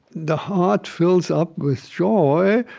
the heart fills up with joy,